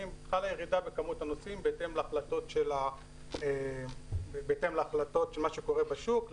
חלה ירידה במספר הנוסעים בהתאם להחלטות לגבי מה שקורה בשוק.